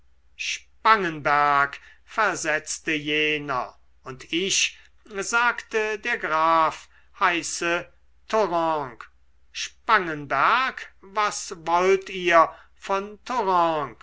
spangenberg versetzte jener und ich sagte der graf heiße thoranc spangenberg was wollt ihr von